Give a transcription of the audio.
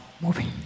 moving